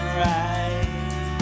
right